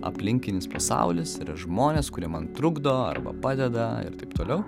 aplinkinis pasaulis ir žmonės kurie man trukdo arba padeda ir taip toliau